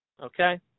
okay